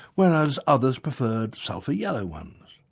whereas others preferred sulphur yellow ones.